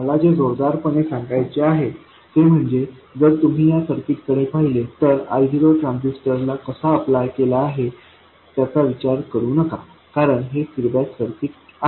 मला जे जोरदारपणे सांगायचे आहे ते म्हणजे जर तुम्ही या सर्किटकडे पाहिले तर I0 ट्रान्झिस्टर ला कसा अप्लाय केला आहे त्याचा विचार करू नका कारण हे फीडबॅक सर्किट आहे